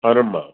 అవునమ్మా